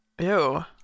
Ew